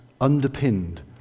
underpinned